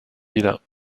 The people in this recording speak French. villas